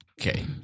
Okay